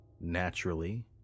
Naturally